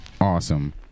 awesome